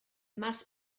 must